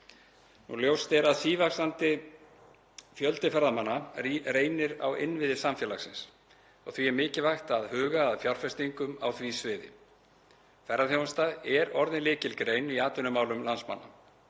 um. Ljóst er að sívaxandi fjöldi ferðamanna reynir á innviði samfélagsins og því er mikilvægt að huga að fjárfestingum á því sviði. Ferðaþjónustan er orðin lykilgrein í atvinnumálum landsmanna.